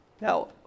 Now